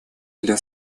для